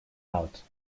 out